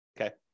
okay